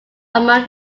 among